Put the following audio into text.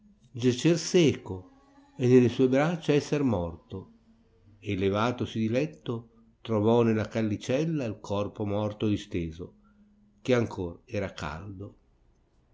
giacer seco e nelle sue braccia esser morto e levatosi di letto trovò nella callicella il corpo morto disteso che ancor era caldo